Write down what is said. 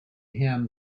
him